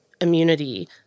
immunity